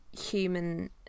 human